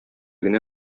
генә